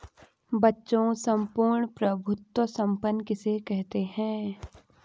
बच्चों सम्पूर्ण प्रभुत्व संपन्न किसे कहते हैं?